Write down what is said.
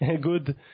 good